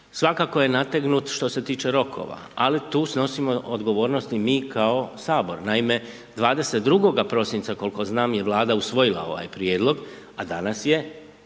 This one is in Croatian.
svakako je nategnut što se tiče rokova, ali tu snosimo odgovornost i mi kao Sabor. Naime, 22. prosinca, koliko znam, je Vlada usvojila ovaj prijedlog, a danas je